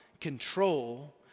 control